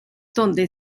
donde